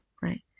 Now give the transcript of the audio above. right